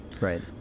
right